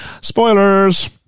Spoilers